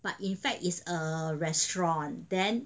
but in fact is a restaurant then